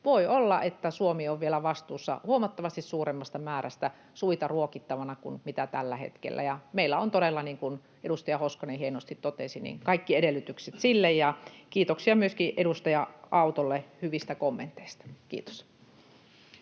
Voi olla, että Suomi on vielä vastuussa huomattavasti suuremmasta määrästä ruokittavia suita kuin tällä hetkellä, ja meillä on todella, niin kuin edustaja Hoskonen hienosti totesi, kaikki edellytykset sille. Kiitoksia myöskin edustaja Autolle hyvistä kommenteista. — Kiitos.